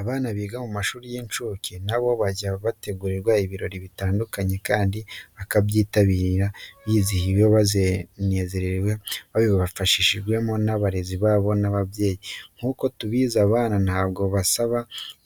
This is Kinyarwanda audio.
Abana biga mu mashuri y'incuke na bo bajya bategurirwa ibirori bitandukanye kandi bakabyitabira bizihiwe banezerewe babifashijwemo n'abarezi babo ndetse n'ababyeyi. Nk'uko tubizi abana ntabwo basaba